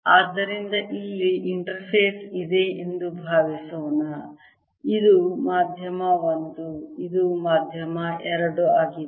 ಆದ್ದರಿಂದ ಇಲ್ಲಿ ಇಂಟರ್ಫೇಸ್ ಇದೆ ಎಂದು ಭಾವಿಸೋಣ ಇದು ಮಧ್ಯಮ 1 ಇದು ಮಧ್ಯಮ 2 ಆಗಿದೆ